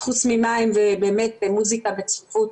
חוץ ממים ובאמת מוסיקה בצפיפות,